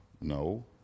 No